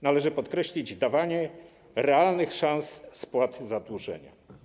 Należy podkreślić dawanie realnych szans spłaty zadłużenia.